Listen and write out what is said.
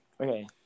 Okay